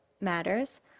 matters